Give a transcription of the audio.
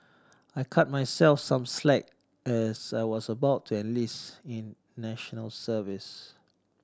I cut myself some slack as I was about to enlist in National Service